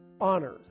honor